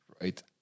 right